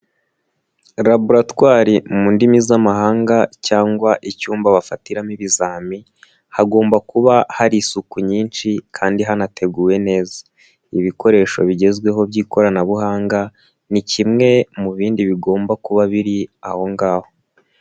Laboratwari mu ndimi z'amahanga cyangwa icyumba bafatiramo ibizami, hagomba kuba hari isuku nyinshi kandi hanateguwe neza. Ibikoresho bigezweho by'ikoranabuhanga ni kimwe mu bindi bigomba kuba biri ahongaho.